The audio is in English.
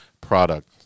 product